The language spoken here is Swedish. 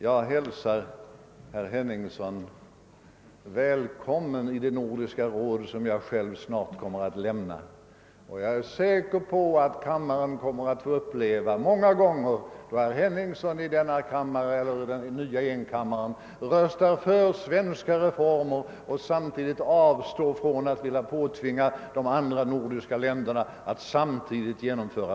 Jag hälsar herr Henningsson välkommen i Nordiska rådet, som jag själv snart kommer att lämna, och jag är säker på att man många gånger kommer att få uppleva att herr Henningsson i den nya enkammarriksdagen röstar för svenska reformer och samtidigt avstår från att vilja tvinga dem på de andra nordiska länderna.